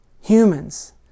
humans